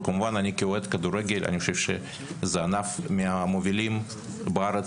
וכמובן אני כאוהד כדורגל חושב שזה ענף מן המובילים בארץ,